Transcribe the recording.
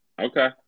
Okay